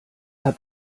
hat